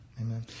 Amen